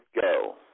go